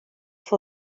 for